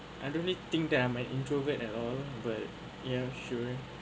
I don't need think that I'm an introvert at all but ya sure